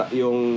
yung